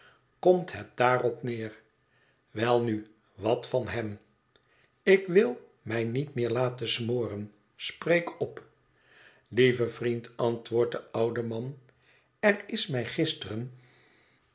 komt het daarop neer welnu wat van hem ik wil mij niet meer laten smoren spreek op lieve vriend antwoordt de oude man er is mij gisteren